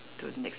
to the next